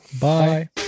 bye